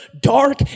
dark